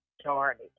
started